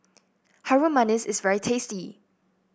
Harum Manis is very tasty